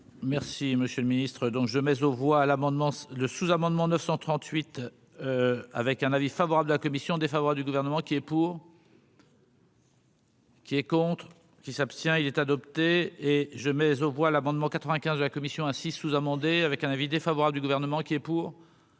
Merci, monsieur le Ministre, donc je mais aux voix l'amendement le sous-amendement 938 avec un avis favorable de la commission défavorable du gouvernement qui est pour. Qui est contre qui s'abstient, il est adopté et je mais aux voix l'amendement 95 de la commission 6 sous-amendé avec un avis défavorable du gouvernement qui est. Pour